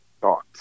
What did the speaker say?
thoughts